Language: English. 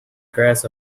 grass